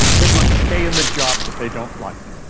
they're going to stay in the job that they don't like.